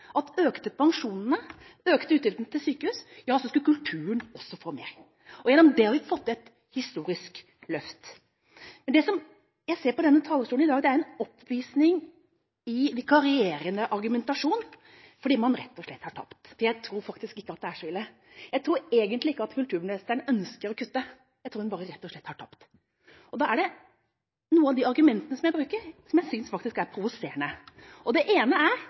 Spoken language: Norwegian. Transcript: sykehus økte, så skulle kulturen også få mer. Gjennom dette har vi fått til et historisk løft. Det jeg ser på denne talerstolen i dag, er en oppvisning i vikarierende argumentasjon fordi man rett og slett har tapt. Jeg tror faktisk ikke det er så ille – jeg tror egentlig ikke at kulturministeren ønsker å kutte, jeg tror hun bare rett og slett har tapt. Da er det noen av de argumentene man bruker som jeg synes er provoserende. Det ene er